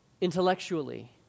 intellectually